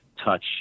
touch